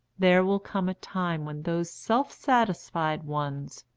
there will come a time when those self-satisfied ones,